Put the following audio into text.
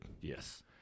yes